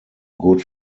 good